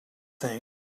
things